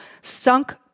sunk